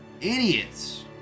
Idiots